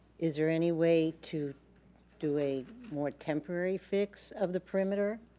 is there any way to do a more temporary fix of the perimeter?